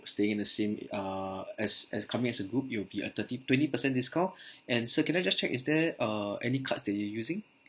stay in the same err as as coming as a group it will be a thirty twenty percent discount and sir can I just check is there err any cards that you using